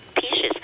pieces